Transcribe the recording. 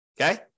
Okay